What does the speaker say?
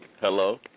Hello